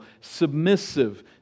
Submissive